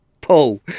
Paul